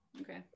okay